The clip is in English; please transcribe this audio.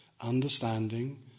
understanding